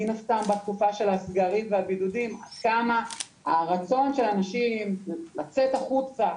מן הסתם בתקופה של הסגרים והבידודים כמה הרצון של האנשים לצאת החוצה,